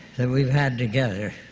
that we've had together.